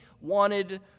wanted